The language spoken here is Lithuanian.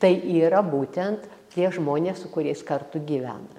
tai yra būtent tie žmonės su kuriais kartu gyvena